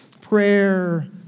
prayer